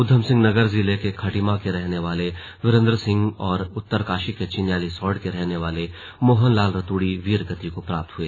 ऊधमसिंह नगर जिले के खटीमा के रहने वाले वीरेंद्र सिंह और उत्तरकाशी के चिन्यालीसौड़ के रहने वाले मोहन लाल रतूड़ी वीर गति को प्राप्त हुए